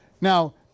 Now